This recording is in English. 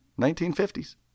1950s